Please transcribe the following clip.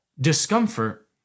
Discomfort